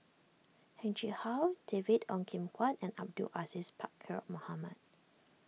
Heng Chee How David Ong Kim Huat and Abdul Aziz Pakkeer Mohamed